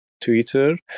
Twitter